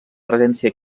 presència